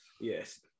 Yes